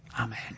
Amen